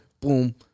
boom